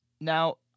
Now